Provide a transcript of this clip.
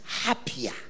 happier